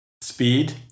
Speed